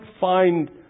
find